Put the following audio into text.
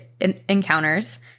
encounters